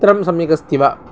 नेत्रं सम्यगस्ति वा